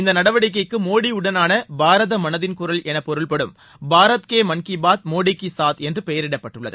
இந்த நடவடிக்கைக்கு மோடியுடனான பாரத மனதின் குரல் எனப்பொருள்படும் பாரத் கி மன் கி பாத் மோடி கி சாத் என்று பெயரிடப்பட்டுள்ளது